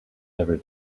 every